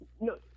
No